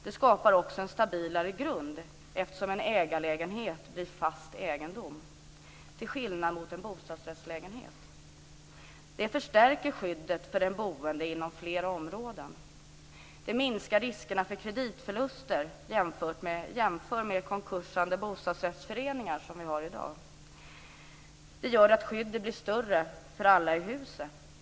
Det skapar också en stabilare grund eftersom en ägarlägenhet blir fast egendom till skillnad mot en bostadsrättslägenhet. Det förstärker skyddet för den boende inom flera områden. Det minskar riskerna för kreditförluster. Jämför med de konkursade bostadsrättsföreningar som vi ser i dag. Det gör att skyddet blir större för alla i huset.